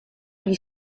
agli